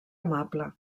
amable